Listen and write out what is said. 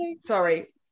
sorry